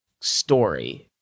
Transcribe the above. story